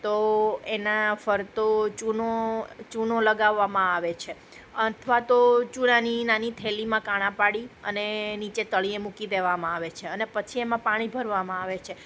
તો એના ફરતો ચૂનો ચૂનો લગાવામાં આવે છે અથવા તો ચૂનાની નાની થેલીમાં કાણાં પાડી અને નીચે તળીયે મૂકી દેવામાં આવે છે અને પછી એમાં પાણી ભરવામાં આવે છે